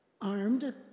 armed